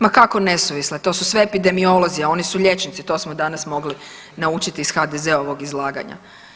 Ma kako nesuvisle, to su sve epidemiolozi, a oni su liječnici to smo danas mogli naučiti iz HDZ-ovog izlaganja.